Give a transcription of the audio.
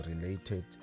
related